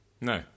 No